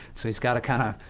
so he's got to kind of,